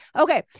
okay